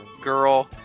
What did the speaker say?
girl